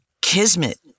kismet